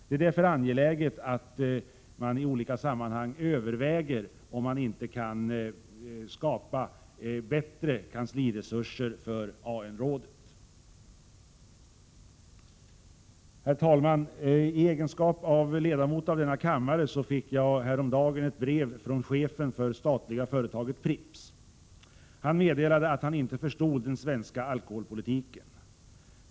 Det är därför angeläget att i olika sammanhang överväga om det inte kan skapas bättre kansliresurser för AN-rådet. Herr talman! I egenskap av ledamot av denna kammare fick jag härom dagen ett brev från chefen för det statliga företaget Pripps. Han meddelade att han inte förstod den svenska alkoholpolitiken.